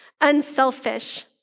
unselfish